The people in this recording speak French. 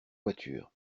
voitures